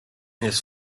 his